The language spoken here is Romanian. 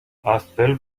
astfel